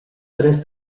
tres